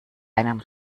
einen